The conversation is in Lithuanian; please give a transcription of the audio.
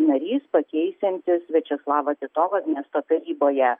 narys pakeisiantis viačeslavą titovą miesto taryboje